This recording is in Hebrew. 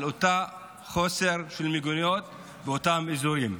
על אותו חוסר של מיגוניות באותם אזורים.